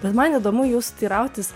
bet man įdomu jūsų teirautis